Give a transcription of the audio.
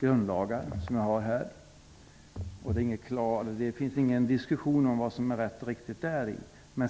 grundlagar. Det är inte en diskussion om vad som är rätt och riktigt däri.